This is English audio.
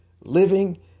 living